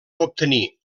obtenir